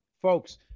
folks